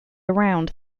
around